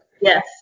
Yes